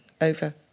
over